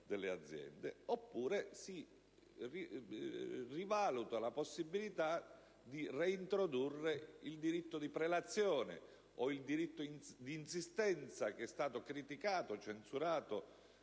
oppure si rivaluta la possibilità di reintrodurre il diritto di prelazione o di insistenza che è stato criticato, censurato